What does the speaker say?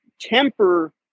temper